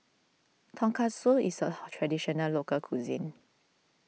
Tonkatsu is a Traditional Local Cuisine